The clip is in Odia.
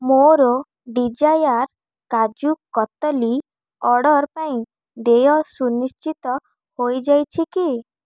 ମୋର ଡିଜାୟାର୍ କାଜୁ କତଲି ଅର୍ଡ଼ର୍ ପାଇଁ ଦେୟ ସୁନିଶ୍ଚିତ ହୋଇଯାଇଛି କି